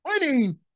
Winning